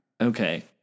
Okay